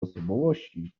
osobowości